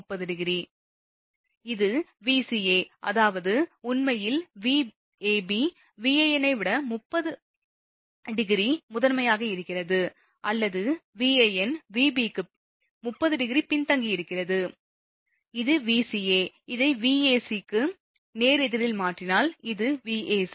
இது Vca அதாவது உண்மையில் Vab Van ஐ விட 30° முதன்மையாக இருக்கிறது அல்லது Van Vab க்கு 30° பின்தங்கி இருக்கிறது இது Vca இதை Vca க்கு நேர் எதிரில் மாற்றினால் அது Vac